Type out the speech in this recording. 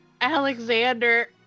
Alexander